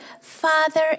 father